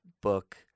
book